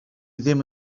ddim